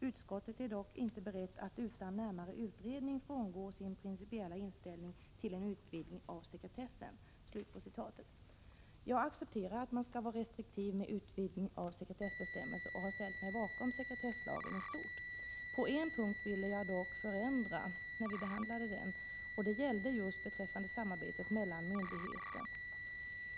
Utskottet är dock inte berett att utan närmare utredning frångå sin principiella inställning till en utvidgning av sekretessen.” Jag accepterar att man skall vara restriktiv med utvidgning av sekretessbestämmelser och har ställt mig bakom sekretesslagen i stort. På en punkt ville jag vid behandlingen dock få till stånd en förändring, nämligen just beträffande samarbetet mellan myndigheter.